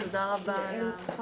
תודה רבה על ההזדמנות.